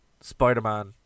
Spider-Man